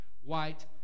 white